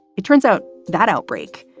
it turns out that outbreak.